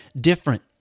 different